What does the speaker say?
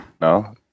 No